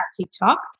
TikTok